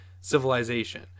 civilization